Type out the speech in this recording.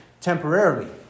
Temporarily